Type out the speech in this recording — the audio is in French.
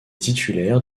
titulaire